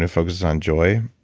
to focus on joy,